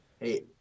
Hey